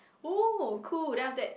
oh cool then after that